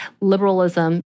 liberalism